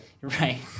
right